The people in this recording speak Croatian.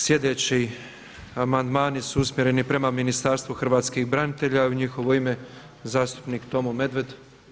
Sljedeći amandmani su usmjereni prema Ministarstvu hrvatskih branitelja i u njihovo ime zastupnik Tomo Medved.